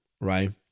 right